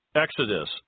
Exodus